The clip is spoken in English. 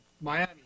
Miami